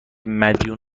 مدیون